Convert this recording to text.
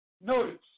Notice